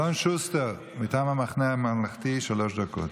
אלון שוסטר, מטעם המחנה הממלכתי, שלוש דקות.